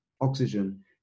oxygen